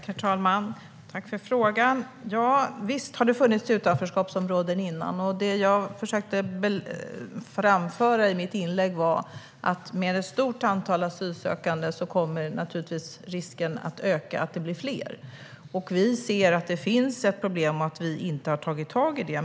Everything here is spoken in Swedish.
Herr talman! Tack för frågan, Sven-Olof Sällström! Visst har det funnits utanförskapsområden innan, och det jag försökte framföra i mitt inlägg var att med ett stort antal asylsökande kommer risken att öka att de områdena blir fler. Vi ser att det finns ett problem och att vi inte har tagit tag i det.